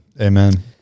amen